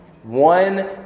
One